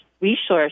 resource